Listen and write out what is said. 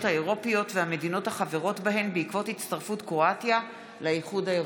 האירופיות והמדינות החברות בהן בעקבות הצטרפות קרואטיה לאיחוד האירופי.